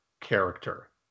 character